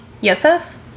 Yosef